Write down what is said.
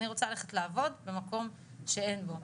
אני רוצה ללכת לעבוד במקום שאין בו'.